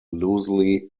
loosely